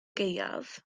gaeaf